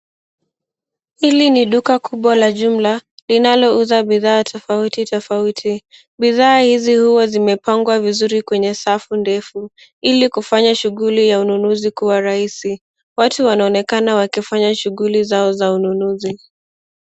Hili ni duka kubwa la jumla linalouza bidhaa tofauti tofauti bidhaa hizi huwa zimepangwa vizuri kwenye safu ndefu ili kufanya shughuli ya ununuzi kuwa rahisi watu wanaonekana wakifanya shughuli zao za ununuzi.